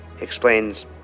explains